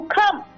come